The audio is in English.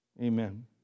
Amen